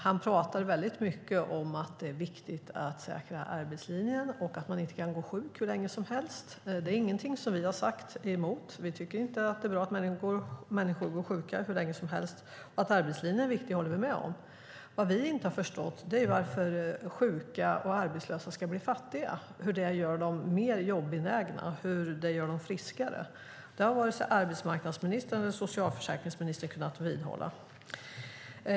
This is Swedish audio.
Han talade mycket om att det är viktigt att säkra arbetslinjen och att man inte kan gå sjuk hur länge som helst. Det är ingenting som vi har sagt emot. Vi tycker inte att det är bra att människor går sjuka hur länge som helst. Att arbetslinjen är viktig håller vi med om. Vad vi inte har förstått är varför sjuka och arbetslösa ska bli fattiga och hur det gör dem mer jobbenägna och friskare. Det har varken arbetsmarknadsministern eller socialförsäkringsministern kunnat vidhålla.